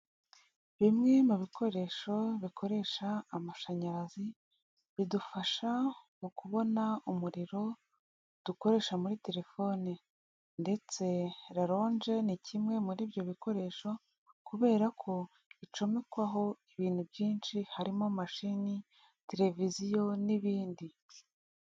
Bimwe mu bikoresho bikoresha amashanyarazi, bidufasha mu kubona umuriro dukoresha muri telefoni ndetse la ronge ni kimwe muri ibyo bikoresho kubera ko icomekwaho ibintu byinshi harimo mashini, televiziyo n'ibindi.